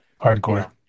Hardcore